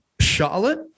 Charlotte